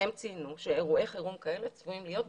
כוונה להטלת עיצום על אי חיבור המצלמה יצאה.